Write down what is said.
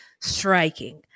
striking